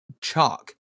chalk